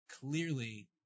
clearly